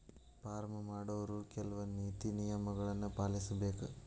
farm ಮಾಡೊವ್ರು ಕೆಲ್ವ ನೇತಿ ನಿಯಮಗಳನ್ನು ಪಾಲಿಸಬೇಕ